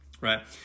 Right